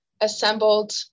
assembled